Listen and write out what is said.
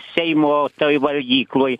seimo toj valgykloj